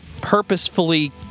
purposefully